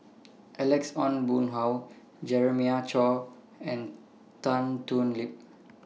Alex Ong Boon Hau Jeremiah Choy and Tan Thoon Lip